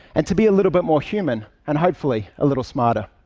and to be a little bit more human and, hopefully, a little smarter.